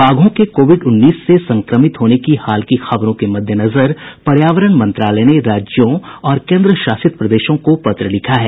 बाघों के कोविड उन्नीस से संक्रमित होने की हाल की खबरों के मद्देनजर पर्यावरण मंत्रालय ने राज्यों और केंद्रशासित प्रदेशों को पत्र लिखा है